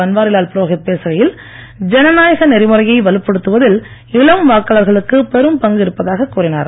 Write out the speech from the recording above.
பன்வாரிலால் புரோகித் பேசுகையில் ஜனநாயக நெறிமுறையை வலுப்படுத்துவதில் இளம் வாக்களர்களுக்கு பெரும் பங்கு இருப்பதாக கூறினார்